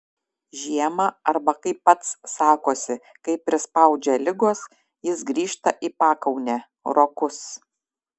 žiemą arba kaip pats sakosi kai prispaudžia ligos jis grįžta į pakaunę rokus